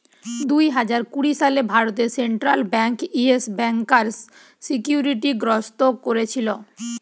দুই হাজার কুড়ি সালে ভারতে সেন্ট্রাল বেঙ্ক ইয়েস ব্যাংকার সিকিউরিটি গ্রস্ত কোরেছিল